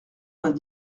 vingt